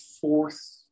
fourth